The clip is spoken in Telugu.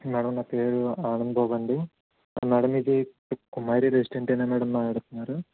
మేడమ్ నా పేరు ఆనంద్ బాబు అండి మేడమ్ ఇది కుమారి రెసిడెంటేనా మేడమ్ మాట్లాడుతున్నారు